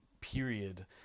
period